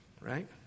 right